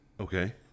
okay